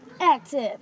active